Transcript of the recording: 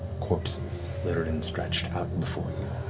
corpses, littered and stretched out before you.